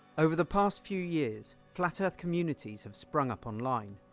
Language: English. over the past few years, flat earth communities have sprung up online.